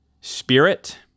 spirit